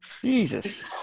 Jesus